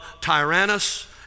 Tyrannus